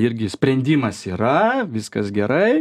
irgi sprendimas yra viskas gerai